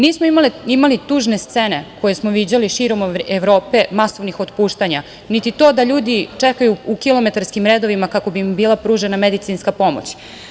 Nismo imali tužne scene koje smo viđali širom Evrope masovnih otpuštanja, niti to da ljudi čekaju u kilometarskim redovima kako bi im bila pružena medicinska pomoć.